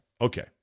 Okay